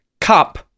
cup